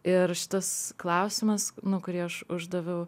ir šitas klausimas kurį aš uždaviau